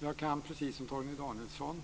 Jag kan, precis som Torgny Danielsson,